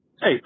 Hey